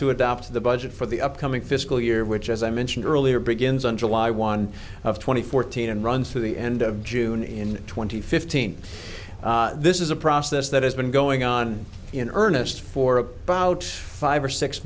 to adopt the budget for the upcoming fiscal year which as i mentioned earlier begins on july one of twenty fourteen and runs through the end of june in twenty fifteen this is a process that has been going on in earnest for about five or six